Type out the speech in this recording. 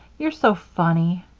you're so funny.